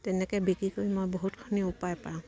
তেনেকে বিক্ৰী কৰি মই বহুতখিনি উপায় পাওঁ